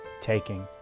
taking